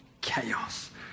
chaos